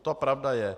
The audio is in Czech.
To pravda je.